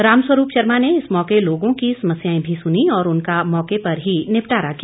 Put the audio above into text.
रामस्वरूप शर्मा ने इस मौके लोगों की समस्याएं भी सुनी और उनका मौके पर ही निपटरा किया